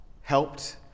helped